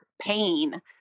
pain